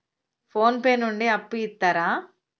Phone pay నుండి అప్పు ఇత్తరా?